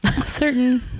certain